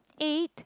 eat